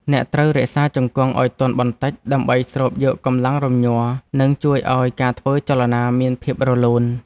អ្នកត្រូវរក្សាជង្គង់ឱ្យទន់បន្តិច ដើម្បីស្រូបយកកម្លាំងរំញ័រ និងជួយឱ្យការធ្វើចលនាមានភាពរលូន។